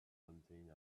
something